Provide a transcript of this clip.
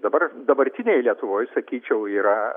dabar dabartinėj lietuvoj sakyčiau yra